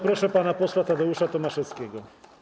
Proszę pana posła Tadeusza Tomaszewskiego.